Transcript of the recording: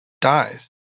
dies